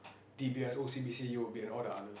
d_b_s o_c_b_c u_o_b and all the others